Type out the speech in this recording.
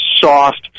soft